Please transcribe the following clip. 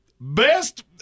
best